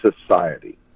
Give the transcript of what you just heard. Society